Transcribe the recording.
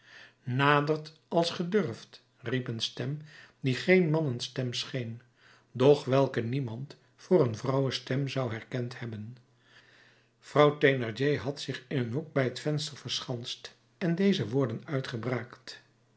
nadert als ge durft riep een stem die geen mannenstem scheen doch welke niemand voor een vrouwenstem zou erkend hebben vrouw thénardier had zich in een hoek bij het venster verschanst en deze woorden uitgebraakt